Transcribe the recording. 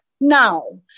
now